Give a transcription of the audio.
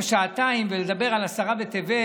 שעתיים ולדבר על עשרה בטבת,